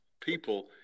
people